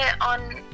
on